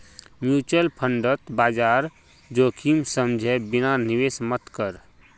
mutual फंडत बाजार जोखिम समझे बिना निवेश मत कर